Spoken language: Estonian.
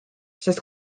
sest